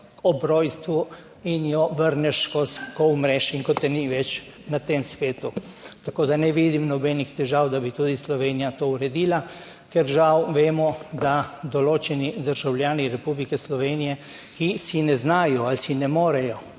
ob rojstvu in jo vrneš, ko umreš in ko te ni več na tem svetu. Tako da, ne vidim nobenih težav, da bi tudi Slovenija to uredila. Ker žal vemo, da določeni državljani Republike Slovenije, ki si ne znajo ali si ne morejo